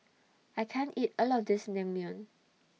I can't eat All of This Naengmyeon